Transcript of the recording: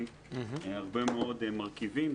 יצא לי להוביל כמה מהלכים,